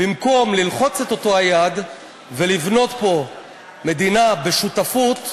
במקום ללחוץ את אותה היד ולבנות פה מדינה בשותפות,